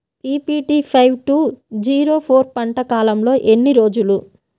BPT five two zero four పంట కాలంలో ఎన్ని రోజులు?